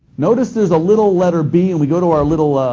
notice there's a little letter b, and we go to our little